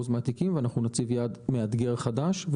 מן התיקים ואנחנו נציב יעד מאתגר חדש,